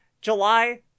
July